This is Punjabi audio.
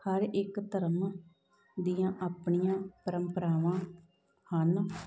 ਹਰ ਇੱਕ ਧਰਮ ਦੀਆਂ ਆਪਣੀਆਂ ਪਰੰਪਰਾਵਾਂ ਹਨ